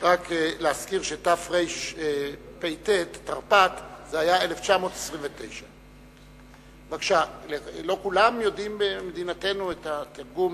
רק להזכיר שתרפ"ט זה היה 1929. לא כולם יודעים במדינתנו את התרגום